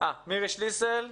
מירי שליסל,